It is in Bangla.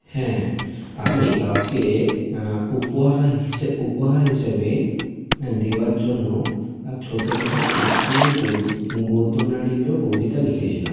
হ্যাঁ আমি কাউকে উপহারা হিসে উপহার হিসেবে হ্যাঁ দেওয়ার জন্য ছোটোবেলায় অনেক সময় গো গদ্য না লিখলেও কবিতা লিখেছিলাম